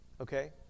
okay